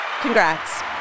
Congrats